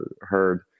heard